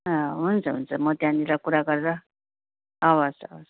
हुन्छ हुन्छ म त्यहाँनिर कुरा गरेर हवस् हस्